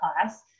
class